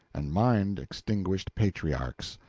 and mind-extinguished patriarchs.